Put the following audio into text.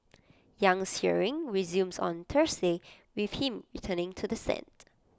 Yang's hearing resumes on Thursday with him returning to the stand